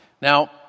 Now